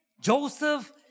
Joseph